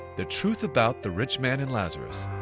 the truth about the rich man and lazarus.